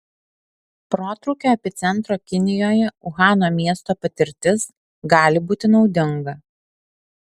protrūkio epicentro kinijoje uhano miesto patirtis gali būti naudinga